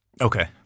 Okay